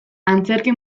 antzerki